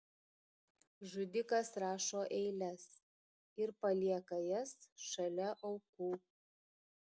žudikas rašo eiles ir palieka jas šalia aukų